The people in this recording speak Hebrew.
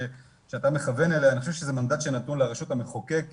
שאתה מכוון אליה אני חושב שזה מנדט שנתנו לרשות המחוקקת,